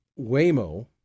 Waymo